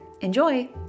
Enjoy